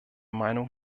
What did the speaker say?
meinung